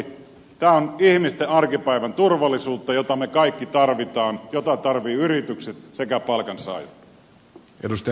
tämä on ihmisten arkipäivän turvallisuutta jota me kaikki tarvitsemme jota tarvitsevat yritykset sekä palkansaajat